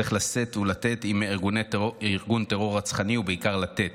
צריך לשאת ולתת עם ארגון טרור רצחני, ובעיקר לתת.